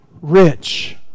rich